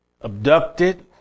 abducted